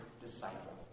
disciple